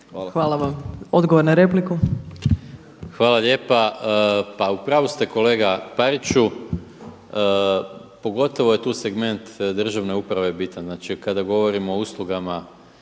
Hvala vam. Odgovor na repliku. **Maras, Gordan (SDP)** Pa upravu ste kolega Priću, pogotovo je tu segment državne uprave je bitan. Znači kada govorim o uslugama